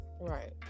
Right